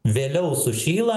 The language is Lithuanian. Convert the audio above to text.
vėliau sušyla